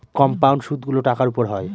compound সুদগুলো টাকার উপর হয়